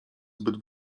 zbyt